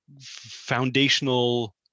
foundational